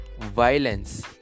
violence